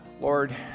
Lord